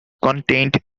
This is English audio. contained